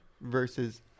versus